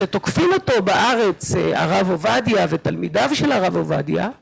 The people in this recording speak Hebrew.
ותוקפים אותו בארץ הרב עובדיה ותלמידיו של הרב עובדיה